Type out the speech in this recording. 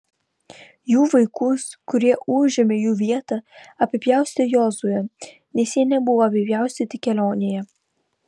jų vaikus kurie užėmė jų vietą apipjaustė jozuė nes jie nebuvo apipjaustyti kelionėje